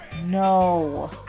No